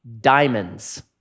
Diamonds